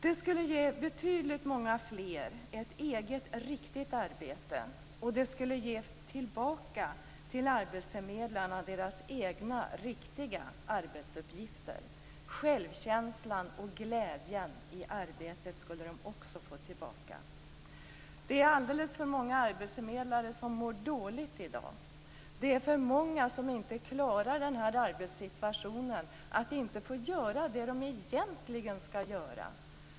Det skulle ge betydligt många fler ett eget, riktigt arbete, och det skulle ge arbetsförmedlarna deras egna, riktiga arbetsuppgifter tillbaka. Självkänslan och glädjen i arbetet skulle de också få tillbaka. Alldeles för många arbetsförmedlare mår i dag dåligt. För många klarar inte sin nuvarande arbetssituation, att inte få göra det de egentligen skall göra.